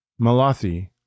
Malathi